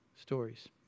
stories